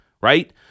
right